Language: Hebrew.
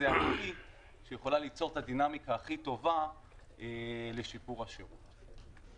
שזה --- שיכולה ליצור את הדינמיקה הכי טובה לשיפור השירות.